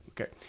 Okay